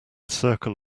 circle